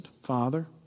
Father